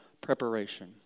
preparation